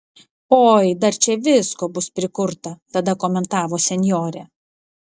oi dar čia visko bus prikurta tada komentavo senjorė